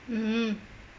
mm